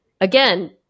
again